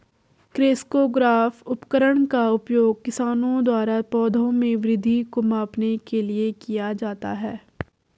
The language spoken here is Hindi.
क्रेस्कोग्राफ उपकरण का उपयोग किसानों द्वारा पौधों में वृद्धि को मापने के लिए किया जाता है